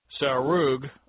Sarug